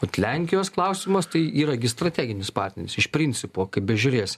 vat lenkijos klausimas tai yra gi strateginis partneris iš principo kaip bežiūrėsi